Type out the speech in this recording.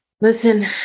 Listen